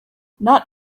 not